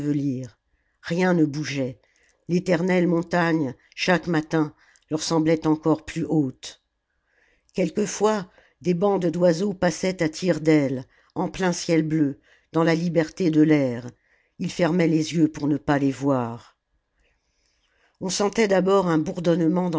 rien ne bougeait l'éternelle montagne chaque matin leur semblait encore plus haute quelquefois des bandes d'oiseaux passaient à tire-d'aile en plein ciel bleu dans la hberté de l'air ils fermaient les jeux pour ne pas les voir on sentait d'abord un bourdonnement